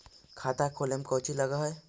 खाता खोले में कौचि लग है?